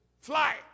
fly